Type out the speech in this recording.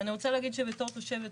בתור תושבת,